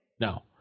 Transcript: No